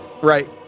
right